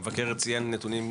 המבקר ציין נתונים.